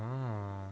ah